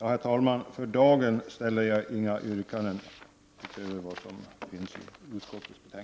Herr talman! För dagen framställer jag inga yrkanden.